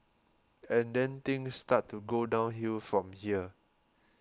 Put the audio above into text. and then things start to go downhill from here